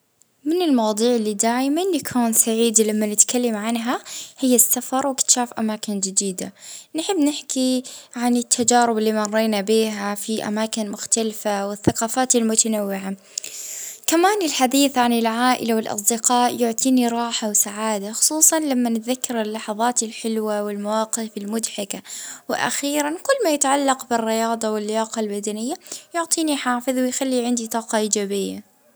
اه المواضيع اللي نحب أو نفرح نحكي عليها اه واللي هي زي السفر والطب والإستثمار والزمن الجميل زي الألعاب الجديمة وقصص الطفولة.